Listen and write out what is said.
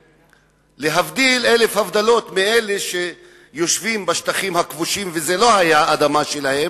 להבדיל אלף הבדלות מאלה שיושבים בשטחים הכבושים וזה לא היה אדמה שלהם,